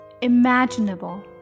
imaginable